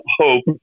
hope